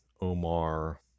omar